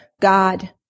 God